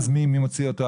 אז מי מוציא אותו הביתה?